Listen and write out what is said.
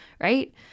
right